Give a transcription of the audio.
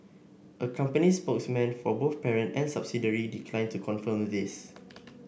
a company spokesman for both parent and subsidiary declined to confirm this